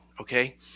okay